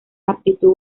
aptitud